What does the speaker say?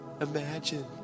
Imagine